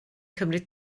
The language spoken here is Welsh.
cymryd